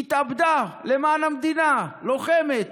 היא התאבדה למען המדינה, לוחמת,